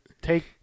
take